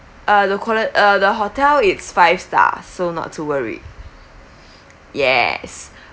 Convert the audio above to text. uh the calle~ uh the hotel it's five star so not to worry yes